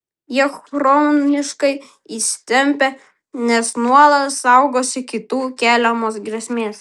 jie chroniškai įsitempę nes nuolat saugosi kitų keliamos grėsmės